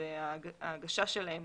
ההגשה שלהם